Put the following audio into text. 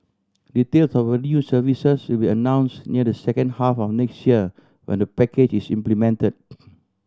details of the new services will be announce near the second half of next year when the package is implemented